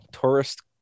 tourist